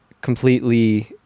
completely